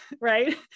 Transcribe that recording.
right